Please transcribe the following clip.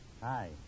Hi